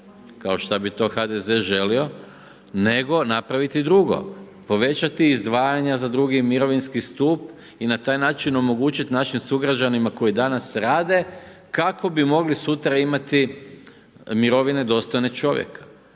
kao što bi to HDZ želio, nego napraviti drugo, povećati izdvajanja za drugi mirovinski stup i na taj način omogućiti našim sugrađanima koji danas rade kako bi mogli sutra imati mirovine dostojne čovjeka.